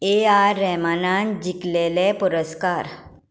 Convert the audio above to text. ए R रहमानान जिखलेले पुरस्कार